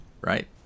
right